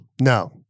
no